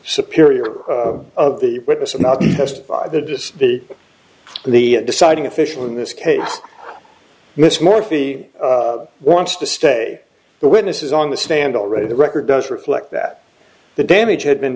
superior of the witness and not just the just the the deciding official in this case miss morphy wants to stay the witnesses on the stand already the record does reflect that the damage had been